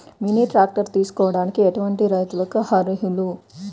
Mini tractor తీసుకోవడానికి ఎటువంటి రైతులకి అర్హులు?